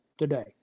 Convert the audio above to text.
today